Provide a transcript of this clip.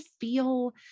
feel